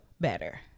better